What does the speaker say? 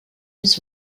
his